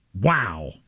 Wow